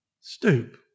Stoop